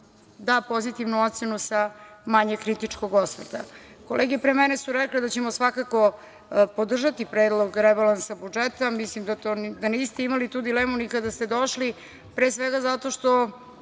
da pozitivnu ocenu sa manje kritičkog osvrta. Kolege pre mene su rekle da ćemo svakako podržati Predlog rebalansa budžeta. Mislim da niste imali tu dilemu ni kada ste došli, pre svega zato što